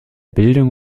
bildung